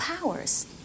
Powers